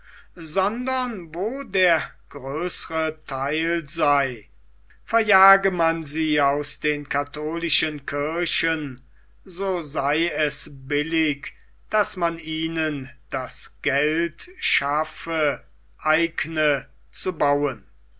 sondern wo der größere theil sei verjage man sie aus den katholischen kirchen so sei es billig daß man ihnen das geld schaffe eigne zu bauen